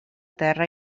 terra